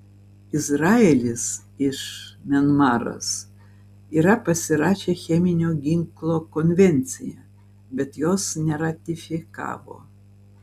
izraelis iš mianmaras yra pasirašę cheminio ginklo konvenciją bet jos neratifikavo